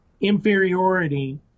inferiority